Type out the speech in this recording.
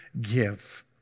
give